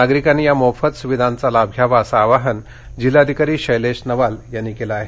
नागरिकांनी या मोफत वायफाय सुविधांचा लाभ घ्यावा असं आवाहन जिल्हाधिकारी शैलेश नवाल यांनी केलं आहे